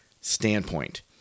standpoint